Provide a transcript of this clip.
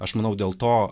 aš manau dėl to